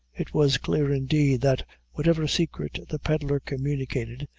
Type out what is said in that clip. it was clear, indeed, that whatever secret the pedlar communicated,